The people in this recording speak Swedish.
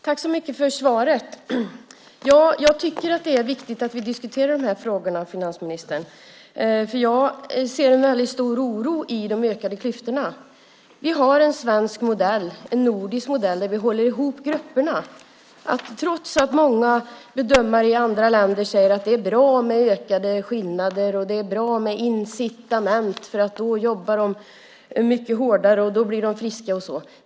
Herr talman! Tack så mycket för svaret. Ja, jag tycker att det är viktigt att vi diskuterar de här frågorna, finansministern. Jag känner nämligen en väldigt stor oro över de ökade klyftorna. Vi har en svensk modell, en nordisk modell, där vi håller ihop grupperna, trots att många bedömare i andra länder säger att det är bra med ökade skillnader och incitament, för då jobbar de mycket hårdare, och då blir de friska och så.